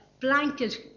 blanket